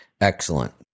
Excellent